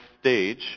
stage